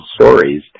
stories